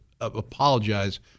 apologize